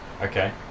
Okay